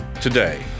today